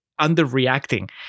underreacting